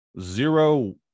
zero